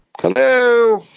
hello